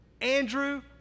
Andrew